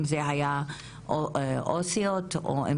אם זה היה בנושא של עובדות סוציאליות או אם